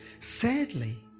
sadly,